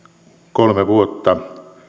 kolme vuotta